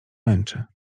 męczy